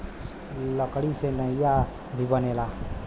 लकड़ी से नईया भी बनेला